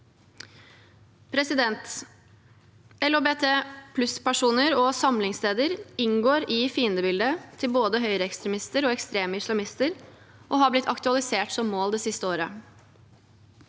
politiet: – LHBT+-personer og -samlingssteder inngår i fiendebildet til både høyreekstremister og ekstreme islamister og er blitt aktualisert som mål det siste året.